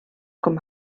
com